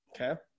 Okay